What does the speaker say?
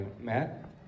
Matt